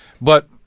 But-